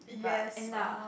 but end up